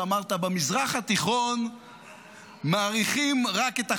אמרת: במזרח התיכון מעריכים רק את החזק.